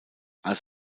als